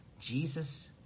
Jesus